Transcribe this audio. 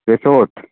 resort